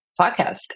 podcast